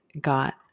got